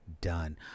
done